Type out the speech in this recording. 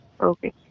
Okay